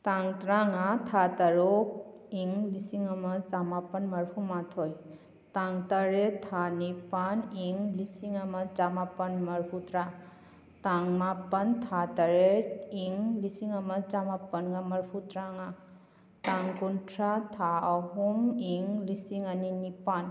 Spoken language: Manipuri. ꯇꯥꯡ ꯇꯔꯥꯃꯉꯥ ꯊꯥ ꯇꯔꯨꯛ ꯏꯪ ꯂꯤꯁꯤꯡ ꯑꯃ ꯆꯥꯃꯥꯄꯜ ꯃꯔꯤꯐꯨꯃꯥꯊꯣꯏ ꯇꯥꯡ ꯇꯔꯦꯠ ꯊꯥ ꯅꯤꯄꯥꯜ ꯏꯪ ꯂꯤꯁꯤꯡ ꯑꯃ ꯆꯃꯥꯄꯜ ꯃꯔꯤꯐꯨꯇꯔꯥ ꯇꯥꯡ ꯃꯥꯄꯜ ꯊꯥ ꯇꯔꯦꯠ ꯏꯪ ꯂꯤꯁꯤꯡ ꯑꯃ ꯆꯃꯥꯄꯜꯒ ꯃꯔꯤꯐꯨꯇꯔꯥꯉꯥ ꯇꯥꯡ ꯀꯨꯟꯊ꯭ꯔꯥ ꯊꯥ ꯑꯍꯨꯝ ꯏꯪ ꯂꯤꯁꯤꯡ ꯑꯅꯤ ꯅꯤꯄꯥꯜ